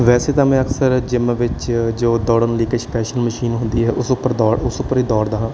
ਵੈਸੇ ਤਾਂ ਮੈਂ ਅਕਸਰ ਜਿਮ ਵਿੱਚ ਜੋ ਦੌੜਨ ਲਈ ਇੱਕ ਸਪੈਸ਼ਲ ਮਸ਼ੀਨ ਹੁੰਦੀ ਹੈ ਉਸ ਉੱਪਰ ਦੌੜ ਉਸ ਉੱਪਰ ਹੀ ਦੌੜਦਾ ਹਾਂ